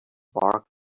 mark